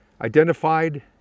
identified